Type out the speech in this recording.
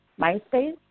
MySpace